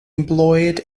employed